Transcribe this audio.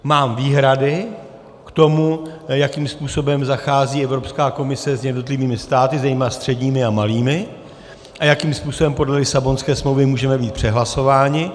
Mám výhrady k tomu, jakým způsobem zachází Evropská komise s jednotlivými státy, zejména středními a malými, a jakým způsobem podle Lisabonské smlouvy můžeme být přehlasováni.